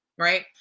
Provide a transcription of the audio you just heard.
Right